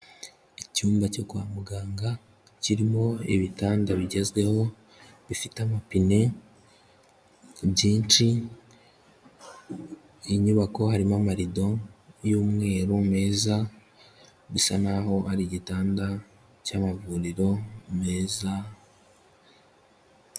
Icyumba cyo kwa muganga kirimo ibitanda bigezweho bifite amapine byinshi, inyubako harimo amarido y'umweru meza bisa naho ari igitanda cy'amavuriro meza.